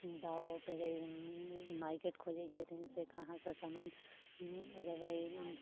दऽ पे मार्केट खोजैत छथिन से कहाँ से सामान लगेबै